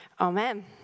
Amen